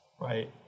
Right